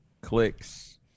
clicks